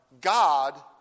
God